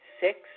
Six